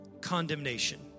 condemnation